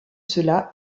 cela